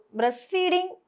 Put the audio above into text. breastfeeding